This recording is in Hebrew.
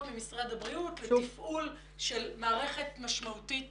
ממשרד הבריאות לתפעול של מערכת משמעותית